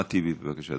אחמד טיבי, בבקשה,